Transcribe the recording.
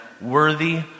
worthy